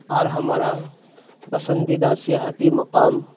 اور ہمارا پسندیدہ سیاحتی مقام